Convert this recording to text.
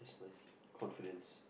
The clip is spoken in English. that's nice confidence